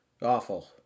awful